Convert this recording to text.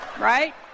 Right